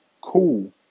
Cool